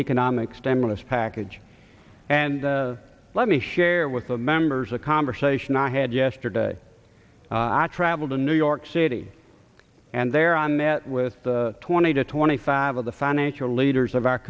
economic stimulus package and let me share with the members a conversation i had yesterday i traveled to new york city and there i met with twenty to twenty five of the financial leaders of our